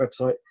website